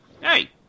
hey